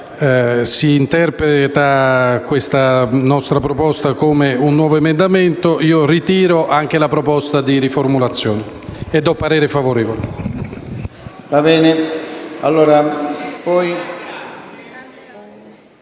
si interpreta questa nostra proposta come un nuovo emendamento, ritiro la proposta di riformulazione ed esprimo parere favorevole